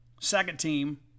second-team